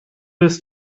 ist